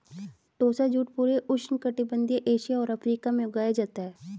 टोसा jute पूरे उष्णकटिबंधीय Asia और अफ्रीका में उगाया जाता है